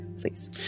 please